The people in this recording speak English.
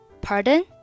Pardon